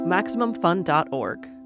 MaximumFun.org